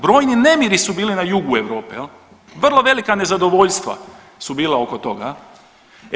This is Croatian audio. Brojni nemiri su bili na jugu Europe jel, vrlo velika nezadovoljstva su bila oko toga jel.